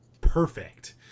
perfect